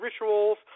rituals